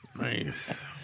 Nice